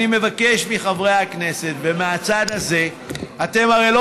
אני מבקש מחברי הכנסת ומהצד הזה אתם הרי לא